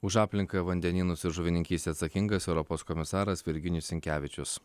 už aplinką vandenynus ir žuvininkystę atsakingas europos komisaras virginijus sinkevičius